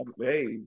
Hey